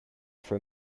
for